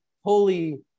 holy